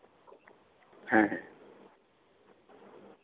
ᱦᱮᱸ ᱦᱮᱸ